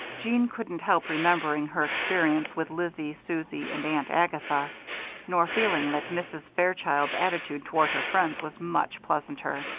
jeanne couldn't help remembering her experience with lizzie, susie, and aunt agatha nor feeling that mrs. fairchild's attitude toward her friends was much pleasanter.